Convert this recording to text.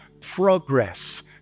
progress